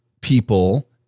people